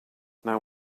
now